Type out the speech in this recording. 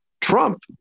Trump